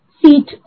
seat